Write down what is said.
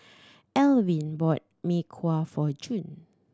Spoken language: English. Elwin bought Mee Kuah for June